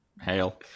Hail